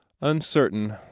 Uncertain